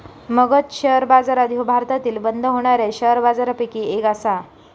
Magadh share बाजार ह्यो भारतातील बंद होणाऱ्या शेअर बाजारपैकी एक आसा